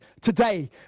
today